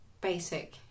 basic